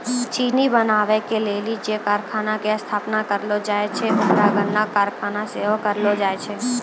चिन्नी बनाबै के लेली जे कारखाना के स्थापना करलो जाय छै ओकरा गन्ना कारखाना सेहो कहलो जाय छै